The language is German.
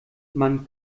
man